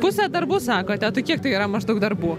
pusę darbų sakote tai kiek tai yra maždaug darbų